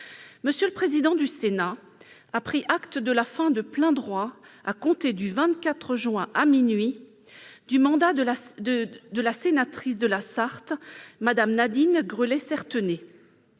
M. le président du Sénat a pris acte de la fin de plein droit, à compter du 24 juin à minuit, du mandat de sénatrice de la Sarthe de Mme Nadine Grelet-Certenais.